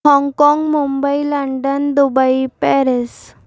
Hong Kong Mumbai London Dubai Paris